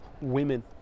women